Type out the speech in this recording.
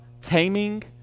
taming